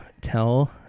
tell